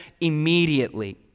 immediately